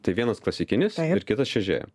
tai vienas klasikinis ir kitas čiuožėjo